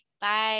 bye